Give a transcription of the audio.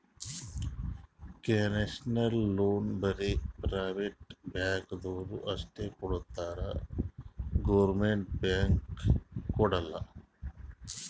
concessional loan ಬರೇ private ಬ್ಯಾಂಕ್ದವ್ರು ಅಷ್ಟೇ ಕೊಡ್ತಾರ್ ಗೌರ್ಮೆಂಟ್ದು ಬ್ಯಾಂಕ್ ಕೊಡಲ್ಲ